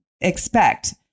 expect